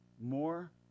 more